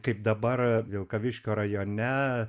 kaip dabar vilkaviškio rajone